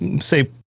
say